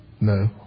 No